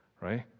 right